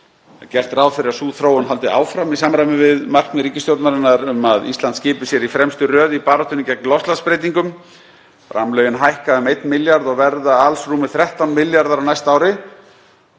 Gert er ráð fyrir að sú þróun haldi áfram í samræmi við markmið ríkisstjórnarinnar um að Ísland skipi sér í fremstu röð í baráttunni gegn loftslagsbreytingum. Framlögin hækka um 1 milljarð kr. og verða alls rúmir 13 milljarðar kr. á næsta ári.